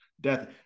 death